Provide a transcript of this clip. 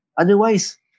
Otherwise